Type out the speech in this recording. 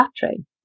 battery